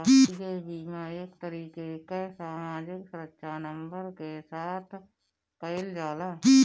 राष्ट्रीय बीमा एक तरीके कअ सामाजिक सुरक्षा नंबर के साथ कइल जाला